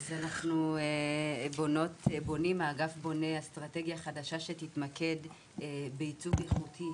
אז האגף בונה אסטרטגיה חדשה שתתמקד בייצוג איכותי,